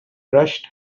rushed